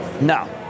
No